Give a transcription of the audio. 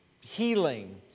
healing